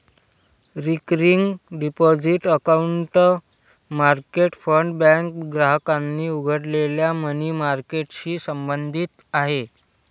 recurring deposit account market fund bank ग्राहकांनी उघडलेल्या money मार्केटशी संबंधित आहे